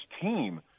team